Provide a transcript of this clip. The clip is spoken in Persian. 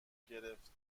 گرفت